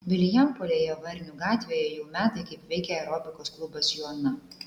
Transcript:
vilijampolėje varnių gatvėje jau metai kaip veikia aerobikos klubas joana